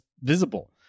visible